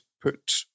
put